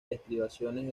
estribaciones